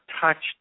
touched